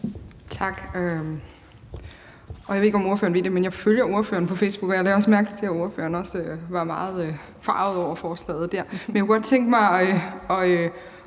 Tak. Jeg ved ikke, om ordføreren ved det, men jeg følger ordføreren på Facebook, og jeg lagde mærke til, at ordføreren også der gav udtryk for, at hun var meget forarget over forslaget. Men jeg kunne godt tænke mig at